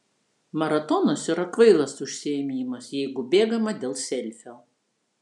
maratonas yra kvailas užsiėmimas jeigu bėgama dėl selfio